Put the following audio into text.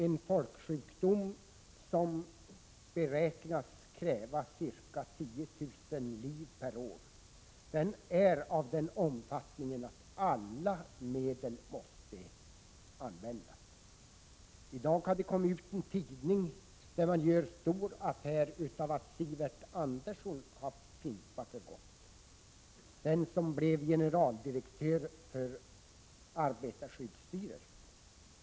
En folksjukdom som beräknas kräva ca 10 000 liv per år är av den omfattningen att alla motmedel måste användas. I dag har man i en tidning gjort en stor affär av att Sivert Andersson, som blivit generaldirektör för arbetarskyddsstyrelsen, har fimpat för gott.